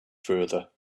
further